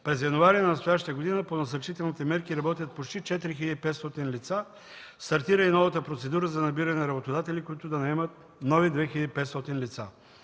През януари на настоящата година по насърчителните мерки работят почти 4500 лица. Стартира и новата процедура за набиране на работодатели, които да наемат нови 2500 лица.